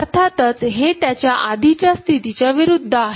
अर्थात हे त्याच्या आधीच्या स्थितीच्या विरुद्ध होते